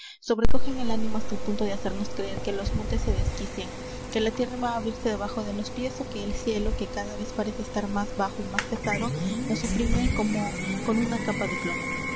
impetuoso sobrecogen el ánimo hasta el punto de hacernos creer que los montes se desquician que la tierra va á abrirse debajo de los pies ó que el cielo que cada vez parece estar más bajo y más pesado nos oprime como con una capa de plomo